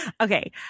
Okay